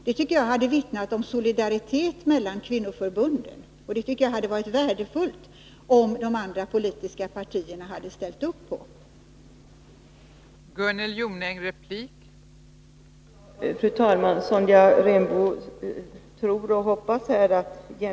Det tycker jag hade vittnat om solidaritet mellan kvinnoförbunden, och det hade varit värdefullt om de andra politiska partierna hade ställt upp på detta.